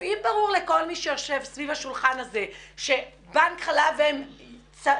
אם ברור לכל מי שיושב סביב השולחן הזה שבנק חלב אם יכול